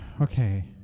okay